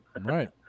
Right